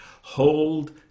Hold